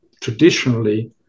traditionally